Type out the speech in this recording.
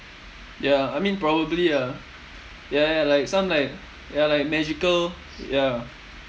ya I mean probably ah ya ya like some like ya like magical ya